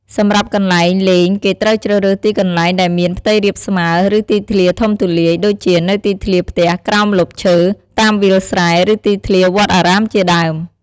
សម្រាប់់កន្លែងលេងគេត្រូវជ្រើរើសទីកន្លែងដែលមានផ្ទៃរាបស្មើ ឬទីធ្លាធំទូលាយ ដូចជានៅទីធ្លាផ្ទះ ក្រោមម្លប់ឈើ តាមវាលស្រែ ឬទីធ្លាវត្តអារាមជាដើម។